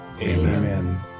Amen